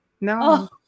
no